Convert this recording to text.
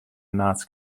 notts